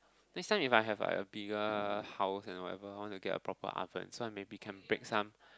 next time if I have like a bigger house and whatever I wanna get a proper oven so I maybe can bake some